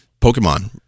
Pokemon